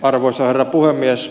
arvoisa herra puhemies